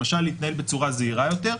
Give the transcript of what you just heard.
למשל להתנהל בצורה זהירה יותר.